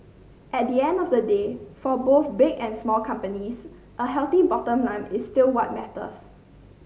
at the end of the day for both big and small companies a healthy bottom line is still what matters